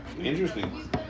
Interesting